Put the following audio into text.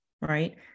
right